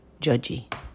judgy